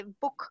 book